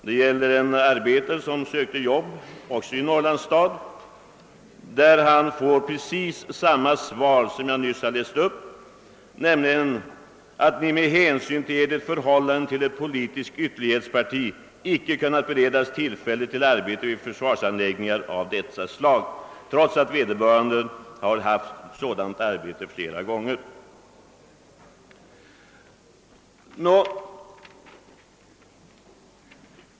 Det gäller en arbetare som också sökte jobb i en norrlandsstad och som fick ett svar av precis samma slag som det jag nyss läste upp, nämligen att »Ni med hänsyn till Edert förhållande till ett politiskt ytterlighetsparti icke kunnat beredas tillfälle till arbete vid försvarsanläggningar» — detta trots att vederbörande haft sådant arbete flera gånger.